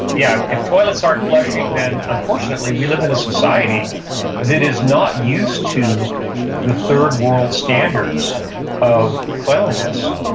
yeah. if toilets aren't flushing then, unfortunately, we live in a society that is not used to the third world standards of cleanliness.